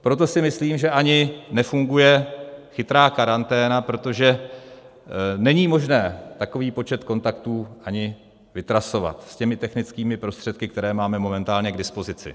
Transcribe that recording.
Proto si myslím, že ani nefunguje chytrá karanténa, protože není ani možné takový počet kontaktů vytrasovat s těmi technickými prostředky, které máme momentálně k dispozici.